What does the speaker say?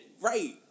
Right